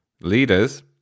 leaders